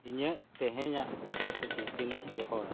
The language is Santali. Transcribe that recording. ᱤᱧᱟᱹᱜ ᱛᱮᱦᱮᱧᱟᱜ ᱚᱠᱛᱚ ᱥᱩᱪᱤ ᱛᱤᱱᱟᱹᱜ ᱡᱚᱦᱚᱲᱟ